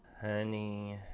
honey